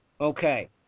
Okay